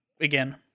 again